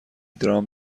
درام